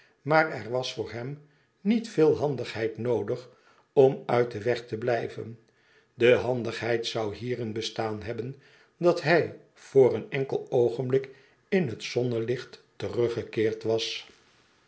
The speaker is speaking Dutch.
maar er was voor hem niet veel handigheid noodig om uit den weg te blijven de handigheid zou hierin bestaan hebben dat hij voor een enkel oogenblik in het zonnelicht teruggekeerd was